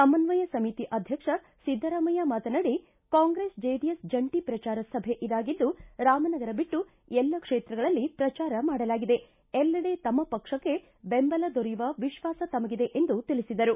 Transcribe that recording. ಸಮನ್ವಯ ಸಮಿತಿ ಅಧ್ಯಕ್ಷ ಿದ್ದರಾಮಯ್ಯ ಮಾತನಾಡಿ ಕಾಂಗ್ರೆಸ್ ಜೆಡಿಎಸ್ ಜಂಟಿ ಪ್ರಚಾರ ಸಭೆ ಇದಾಗಿದ್ದು ರಾಮನಗರ ಬಿಟ್ಟು ಎಲ್ಲ ಕ್ಷೇತ್ರಗಳಲ್ಲಿ ಪ್ರಚಾರ ಮಾಡಲಾಗಿದೆ ಎಲ್ಲೆಡೆ ತಮ್ಮ ಪಕ್ಷಕ್ಕೆ ಬೆಂಬಲ ದೊರೆಯುವ ವಿಶ್ವಾಸ ತಮಗಿದೆ ಎಂದು ತಿಳಿಸಿದರು